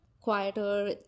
quieter